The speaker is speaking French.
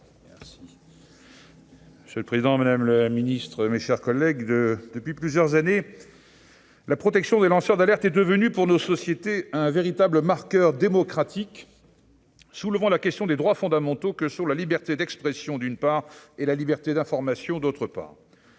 Bocquet. Monsieur le président, madame la secrétaire d'État, mes chers collègues, depuis plusieurs années, la protection des lanceurs d'alerte est devenue, pour nos sociétés, un véritable marqueur démocratique, soulevant la question des droits fondamentaux que sont la liberté d'expression d'une part et la liberté d'information d'autre part.